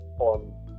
on